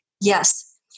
Yes